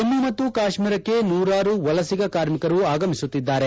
ಜಮ್ಮ ಮತ್ತು ಕಾಶ್ಮೀರಕ್ಕೆ ನೂರಾರು ವಲಸಿಗ ಕಾರ್ಮಿಕರು ಆಗಮಿಸುತ್ತಿದ್ದಾರೆ